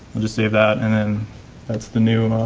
just save that and then that's the new